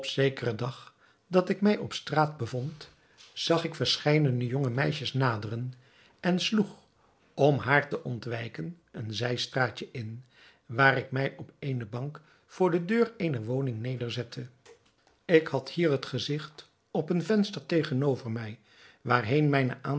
zekeren dag dat ik mij op straat bevond zag ik verscheidene jonge meisjes naderen en sloeg om haar te ontwijken een zijstraatje in waar ik mij op eene bank voor de deur eener woning nederzette ik had hier het gezigt op een venster tegenover mij waarheen mijne